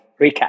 recap